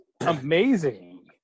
Amazing